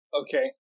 Okay